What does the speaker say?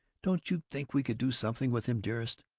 don't you think we could do something with him, dearest?